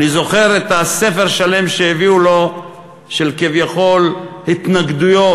אני זוכר את הספר השלם שהביאו לו של כביכול התנגדויות.